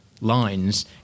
lines